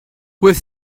with